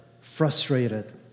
frustrated